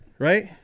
Right